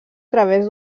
través